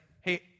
hey